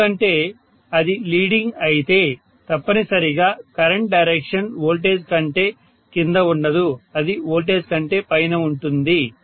ఎందుకంటే అది లీడింగ్ అయితే తప్పనిసరిగా కరెంట్ డైరెక్షన్ వోల్టేజ్ కంటే కింద ఉండదు అది వోల్టేజ్ కంటే పైన ఉంటుంది